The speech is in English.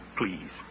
please